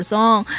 Song